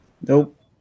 Nope